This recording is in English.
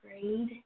grade